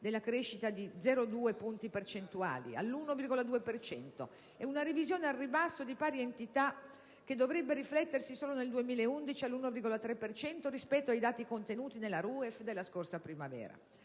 della crescita di 0,2 punti percentuali, all'1,2 per cento, e una revisione al ribasso di pari entità, che dovrebbe riflettersi solo nel 2011, all'1,3 per cento, rispetto ai dati contenuti nella RUEF della scorsa primavera.